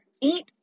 Eat